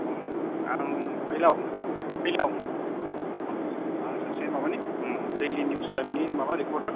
आं फैलाव फैलाव आं सासे माबानि दैलि निउस लाइभ नि रिफर्थार